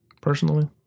Personally